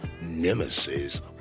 nemesis